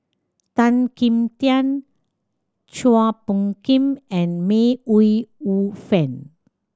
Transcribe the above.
Tan Kim Tian Chua Phung Kim and May Ooi Yu Fen